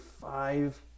five